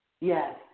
Yes